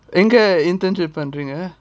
எங்க:enga internship பண்றீங்க:panreenga